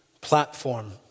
platform